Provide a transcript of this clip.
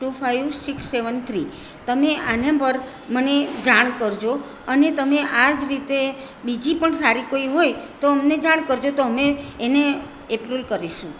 two five six seven three તમે આના પર મને જાણ કરજો અને તમે આ જ રીતે બીજી પણ સારી કોઈ હોય તો અમને જાણ કરજો તો અમે એને એપ્રુલ કરીશું